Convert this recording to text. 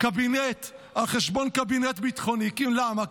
הקבינט הביטחוני, למה?